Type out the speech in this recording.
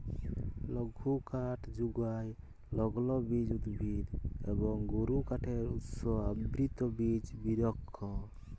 লঘুকাঠ যুগায় লগ্লবীজ উদ্ভিদ এবং গুরুকাঠের উৎস আবৃত বিচ বিরিক্ষ